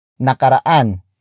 Nakaraan